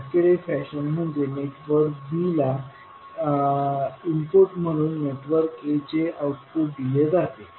cascaded fashion म्हणजे network b ला input म्हणून नेटवर्क a चे आउटपुट दिले जाते